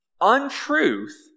untruth